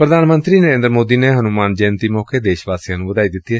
ਪ੍ਰਧਾਨ ਮੰਤਰੀ ਨਰੇਂਦਰ ਮੋਦੀ ਨੇ ਹਨੁਮਾਨ ਜੈਯੰਤੀ ਮੌਕੇ ਦੇਸ਼ ਵਾਸੀਆਂ ਨੂੰ ਵਧਾਈ ਦਿੱਤੀ ਏ